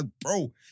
Bro